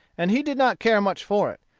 and he did not care much for it.